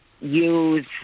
use